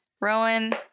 Rowan